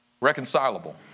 reconcilable